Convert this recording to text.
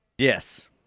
Yes